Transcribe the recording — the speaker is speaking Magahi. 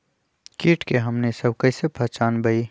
किट के हमनी सब कईसे पहचान बई?